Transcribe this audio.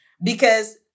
because-